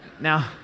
Now